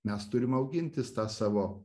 mes turim augintis tą savo